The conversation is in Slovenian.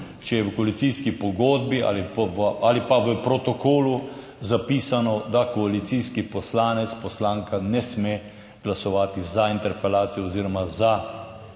če je v koalicijski pogodbi ali pa v protokolu zapisano, da koalicijski poslanec, poslanka, ne sme glasovati za interpelacijo oziroma za